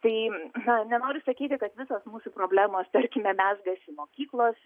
tai na nenoriu sakyti kad visos mūsų problemos tarkime mezgasi mokyklos